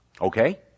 Okay